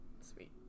Sweet